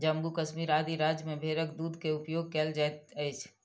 जम्मू कश्मीर आदि राज्य में भेड़क दूध के उपयोग कयल जाइत अछि